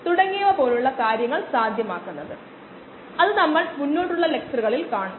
അതിനാൽ ഒരു മൊത്തത്തിലുള്ള കോശ സാന്ദ്രത ഉണ്ടെന്നു നമ്മൾ അറിയണം അതോടൊപ്പം കോശങ്ങളുടെ അവളും